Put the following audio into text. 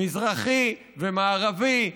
מזרחי ומערבי,